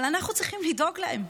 אבל אנחנו צריכים לדאוג להם,